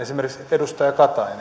edustaja katainen mutta